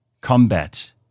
combat